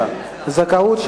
נכון?